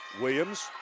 Williams